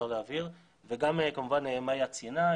מאיה ציינה,